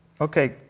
Okay